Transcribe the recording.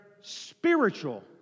spiritual